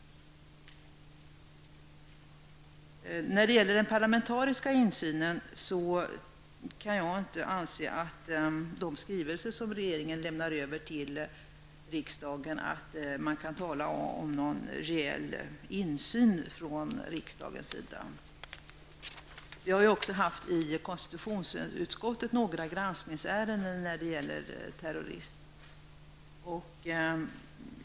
När det gäller den parlamentariska insynen anser jag att man beträffande de skrivelser som regeringen lämnar över till riksdagen inte kan tala om någon reell insyn från riksdagens sida. I konstitutionsutskottet har vi haft några granskningsärenden när det gäller terrorism.